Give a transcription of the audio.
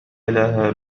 لها